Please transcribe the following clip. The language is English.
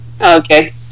Okay